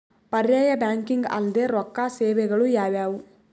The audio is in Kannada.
ಪರ್ಯಾಯ ಬ್ಯಾಂಕಿಂಗ್ ಅಲ್ದೇ ರೊಕ್ಕ ಸೇವೆಗಳು ಯಾವ್ಯಾವು?